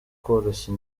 koroshya